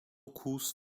کوس